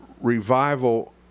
revival